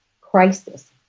crisis